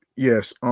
Yes